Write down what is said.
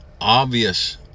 obvious